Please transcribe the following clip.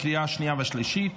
לקריאה השנייה והשלישית.